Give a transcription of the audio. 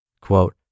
Quote